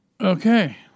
Okay